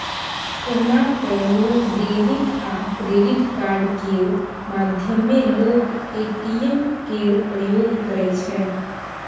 ओना तए लोक डेबिट आ क्रेडिट कार्ड केर माध्यमे लोक ए.टी.एम केर प्रयोग करै छै